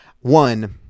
one